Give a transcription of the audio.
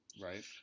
Right